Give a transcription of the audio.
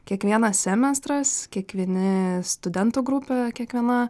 kiekvienas semestras kiekvieni studentų grupė kiekviena